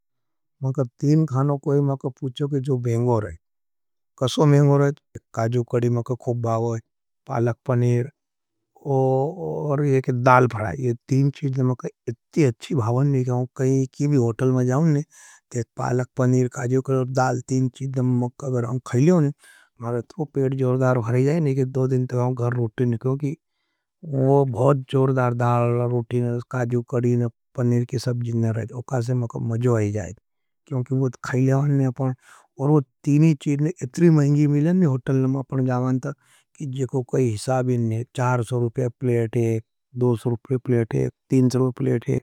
मैंका तीन खानों को ये मैंका पूछो के जो भेंगोर है। कसों भेंगोर है, काजू कड़ी मैंका खो बावो है, पालक पनीर, और एक दाल फ़ड़ा है। ये तीन चीज़ दे मैंका इतनी अच्छी भावन में कहा हूं, कही की भी होटल में जाओंने, ते पालक पनीर, काज पनीर के सब जिनने रहते हैं। वो कासे मैंका मजवाई जाएँ, क्योंकि वो खाई लेवान ने अपना, और वो तीनी चीज़ ने इतनी महंगी मिलेन ने होटल में अपना जाओंने तर। कि जो कोई हिसा भी ने, चार सो रुपय पलेट है, दो सो रुपय पलेट है, तीन सो रुपय पलेट है।